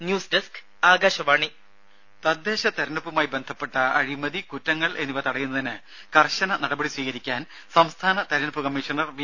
news desk Akashvani ദേദ തദ്ദേശ തിരഞ്ഞെടുപ്പുമായി ബന്ധപ്പെട്ട അഴിമതി കുറ്റങ്ങൾ എന്നിവ തടയുന്നതിന് കർശന നടപടി സ്വീകരിക്കാൻ സംസ്ഥാന തിരഞ്ഞെടുപ്പ് കമ്മീഷണർ വി